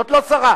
זו לא שרה.